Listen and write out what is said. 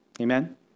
Amen